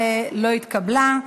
אבל ההצעה לא התקבלה.